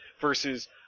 versus